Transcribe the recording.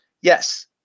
yes